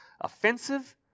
offensive